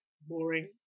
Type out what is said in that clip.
boring